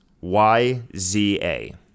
Y-Z-A